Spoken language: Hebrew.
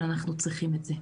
אבל אנחנו צריכים את זה.